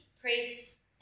priests